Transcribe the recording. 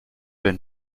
been